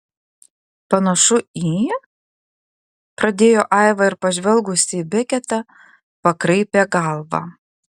panašu į pradėjo aiva ir pažvelgusi į beketą pakraipė galvą